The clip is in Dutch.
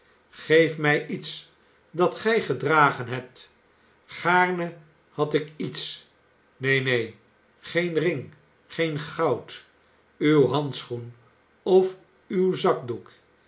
geef mij iets dat gij gedragen hebt gaarne had ik iets neen neen geen ring geen goud uw handschoen of uw zakdoek